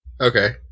Okay